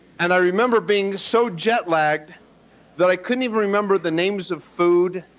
and i remember being so jet-lagged that i couldn't even remember the names of food,